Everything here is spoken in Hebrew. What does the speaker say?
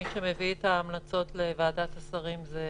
כאשר מי שמביא את ההמלצות לוועדת שרים זה